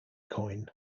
coin